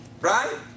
Right